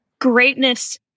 greatness